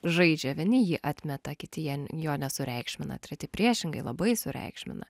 žaidžia vieni jį atmeta kiti jie jo nesureikšmina treti priešingai labai sureikšmina